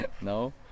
No